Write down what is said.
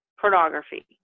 pornography